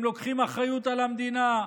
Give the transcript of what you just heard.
הם לוקחים אחריות על המדינה.